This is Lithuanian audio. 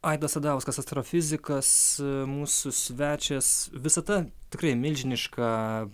aidas sadauskas astrofizikas mūsų svečias visata tikrai milžiniška